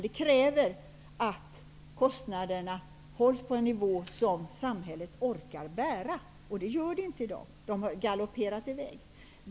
Det kräver att kostnaderna hålls på en nivå som samhället orkar bära, och det gör de inte i dag - de har galopperat iväg.